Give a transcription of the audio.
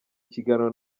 ikiganiro